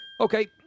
Okay